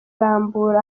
rambura